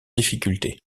difficulté